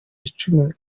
icumbi